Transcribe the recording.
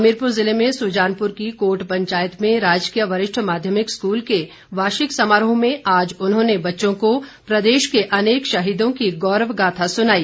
हमीरपुर ज़िले में सुजानपुर की कोट पंचायत में राजकीय वरिष्ठ माध्यमिक स्कूल के वार्षिक समारोह में आज उन्होंने बच्चों को प्रदेश के अनेक शहीदों की गौरव गाथा सुनाई